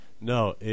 No